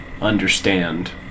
understand